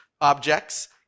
objects